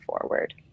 forward